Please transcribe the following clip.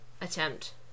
attempt